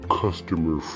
customer